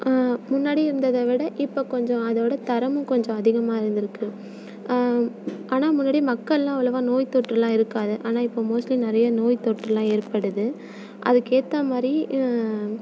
முன்னாடி இருந்ததை விட இப்போ கொஞ்சம் அதோடய தரமும் கொஞ்சம் அதிகமாக இருந்துருக்குது ஆனால் முன்னாடி மக்களெலாம் அவ்வளோவா நோய் தொற்றுலாம் இருக்காது ஆனால் இப்போ மோஸ்ட்லி நிறைய நோய் தொற்றுலாம் ஏற்படுது அதுக்கேற்ற மாதிரி